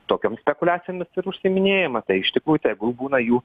tokiom spekuliacijomis ir užsiiminėjama tai iš tikrųjų tegul būna jų